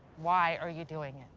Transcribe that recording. why are you doing